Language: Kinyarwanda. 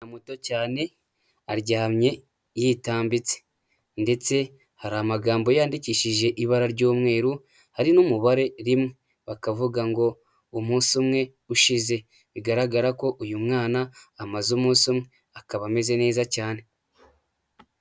Muto cyane aryamye yitambitse ndetse hari amagambo yandikishije ibara ry'umweru hari n'umubare rimwe, bakavuga ngo umunsi umwe ushize, bigaragara ko uyu mwana amaze umunsi umwe, akaba ameze neza cyane.